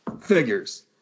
figures